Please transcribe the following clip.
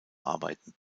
arbeiten